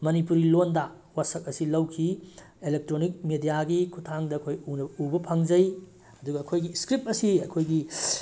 ꯃꯅꯤꯄꯨꯔꯤ ꯂꯣꯜꯗ ꯋꯥꯁꯛ ꯑꯁꯤ ꯂꯧꯈꯤ ꯑꯦꯂꯦꯛꯇ꯭ꯔꯣꯅꯤꯛ ꯃꯦꯗꯤꯌꯥꯒꯤ ꯈꯨꯠꯊꯥꯡꯗ ꯑꯩꯈꯣꯏ ꯎꯕ ꯐꯪꯖꯩ ꯑꯗꯨꯒ ꯑꯩꯈꯣꯏꯒꯤ ꯏꯁꯀ꯭ꯔꯤꯞ ꯑꯁꯤ ꯑꯩꯈꯣꯏꯒꯤ